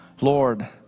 Lord